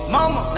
Mama